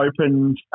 opened